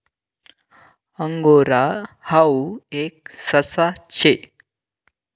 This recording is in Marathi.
अंगोरा हाऊ एक ससा शे